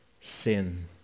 sin